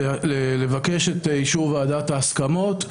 לבקש את אישור ועדת ההסכמות,